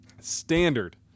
standard